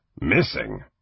Missing